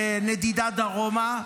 ונדידה דרומה,